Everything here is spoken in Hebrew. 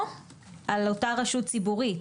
או על אותה רשות ציבורית.